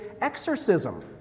exorcism